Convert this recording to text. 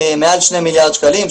מעל שני מיליארד שקלים,